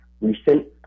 recent